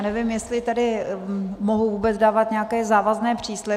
Nevím, jestli tedy mohu vůbec dávat nějaké závazné přísliby.